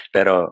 Pero